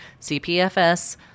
CPFS